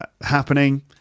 happening